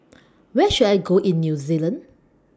Where should I Go in New Zealand